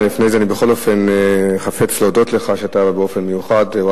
לפני זה בכל אופן אני חפץ להודות לך,